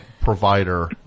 provider